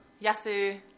Yasu